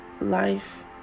Life